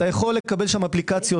אתה יכול לקבל שם אפליקציות.